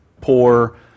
poor